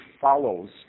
follows